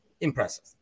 Impressive